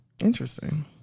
interesting